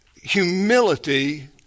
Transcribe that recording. humility